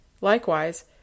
Likewise